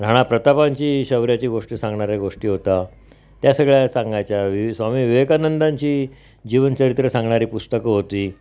राणा प्रतापांची शौर्याची गोष्ट सांगणाऱ्या गोष्टी होता त्या सगळ्या सांगायच्या वि स्वामी विवेकानंदांची जीवनचरित्र सांगणारी पुस्तकं होती